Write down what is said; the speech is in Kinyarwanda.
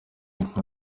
nka